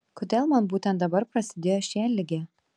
kodėl man būtent dabar prasidėjo šienligė